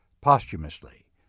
posthumously